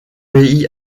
pays